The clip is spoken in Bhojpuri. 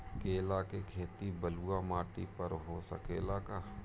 केला के खेती बलुआ माटी पर हो सकेला का?